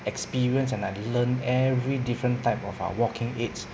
experience and I learn every different type of ah walking aids